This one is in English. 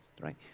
right